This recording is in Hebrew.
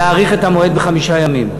להאריך את המועד בחמישה ימים.